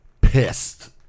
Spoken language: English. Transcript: Pissed